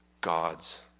gods